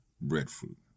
breadfruit